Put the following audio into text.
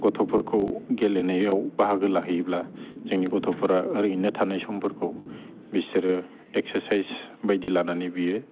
गथ'फोरखौ गेलेनायाव बाहागो लाहोयोब्ला जोंनि गथ'फोरा ओरैनो थानाय समफोरखौ बिसोरो एक्सासाइस बायदि लानानै बियो